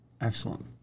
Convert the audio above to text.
Excellent